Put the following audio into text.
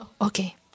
okay